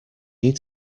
need